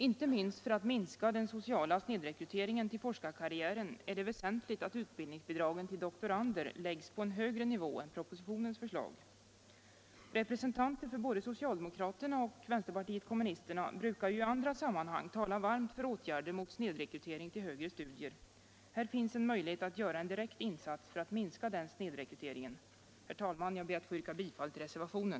Inte minst för att minska den sociala snedrekryteringen till forskarkarriären är det väsentligt att utbildningsbidragen till doktorander läggs på en högre nivå än propositionens förslag. Representanter för både socialdemokraterna och vänsterpartiet kommunisterna brukar ju i andra sammanhang tala varmt för åtgärder mot snedrekrytering till högre studier. Här finns en möjlighet att göra en direkt insats för att minska den snedrekryteringen. Herr talman! Jag ber att få yrka bifall till reservationen.